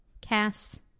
Cass